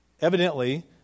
evidently